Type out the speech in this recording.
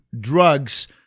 drugs